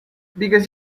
because